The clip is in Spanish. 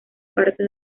parte